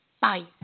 Bye